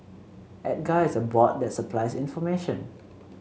Edgar is a bot that supplies information